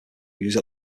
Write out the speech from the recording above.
use